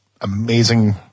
amazing